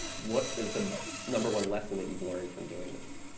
what is the number one lesson that you've learned from doing this?